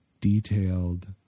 detailed